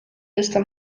jestem